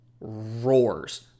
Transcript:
roars